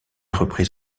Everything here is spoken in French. reprit